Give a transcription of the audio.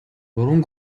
гурван